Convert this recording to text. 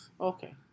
Okay